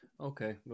Okay